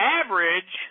average